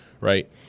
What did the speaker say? right